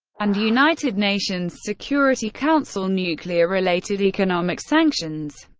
and united nations security council nuclear-related economic sanctions.